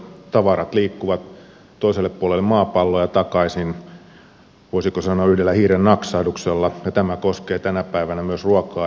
tavarat liikkuvat toiselle puolelle maapalloa ja takaisin voisiko sanoa yhdellä hiiren naksahduksella ja tämä koskee tänä päivänä myös ruokaa ja elintarvikkeita